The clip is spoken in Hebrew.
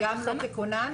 גם לא ככונן?